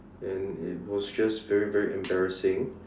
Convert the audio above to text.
and it was just very very embarrassing